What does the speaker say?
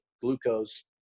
glucose